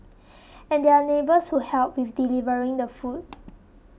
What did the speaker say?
and there are neighbours who help with delivering the food